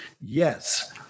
Yes